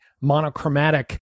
monochromatic